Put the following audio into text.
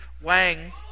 Wang